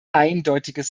eindeutiges